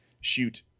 shoot